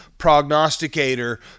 prognosticator